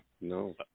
no